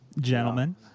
Gentlemen